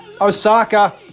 Osaka